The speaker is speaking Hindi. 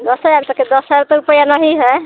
दस हज़ार तक के दस हज़ार तो रुपया नहीं है